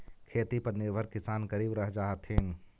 खेती पर निर्भर किसान गरीब रह जा हथिन